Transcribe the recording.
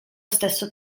stesso